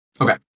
Okay